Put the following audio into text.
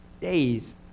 Days